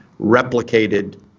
replicated